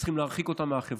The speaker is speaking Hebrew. צריכים להרחיק אותם מהחברה.